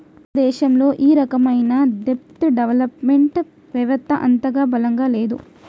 మన దేశంలో ఈ రకమైన దెబ్ట్ డెవలప్ మెంట్ వెవత్త అంతగా బలంగా లేదు